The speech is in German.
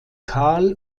kahl